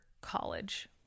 college